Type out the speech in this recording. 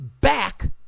back